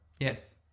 Yes